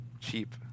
cheap